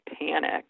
panic